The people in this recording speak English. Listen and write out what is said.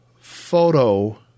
photo